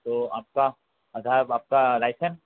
तो आपका आधार आपका लाइसेंस